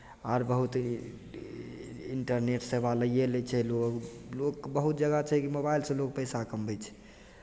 आर बहुत ई इंटरनेट सेवा लैए लै छै लोक लोक बहुत जगह छै कि मोबाइलसँ लोक पैसा कमबै छै